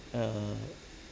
err